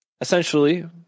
essentially